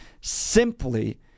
simply